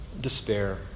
despair